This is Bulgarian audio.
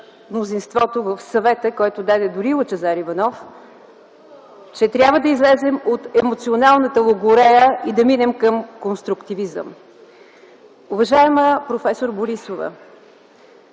се вслуша в съвета, който даде дори Лъчезар Иванов - че трябва да излезем от емоционалната логорея и да минем към конструктивизъм. Уважаема проф. Борисова,